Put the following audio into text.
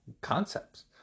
concepts